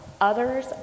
others